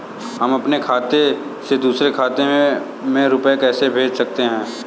हम अपने खाते से दूसरे के खाते में रुपये कैसे भेज सकते हैं?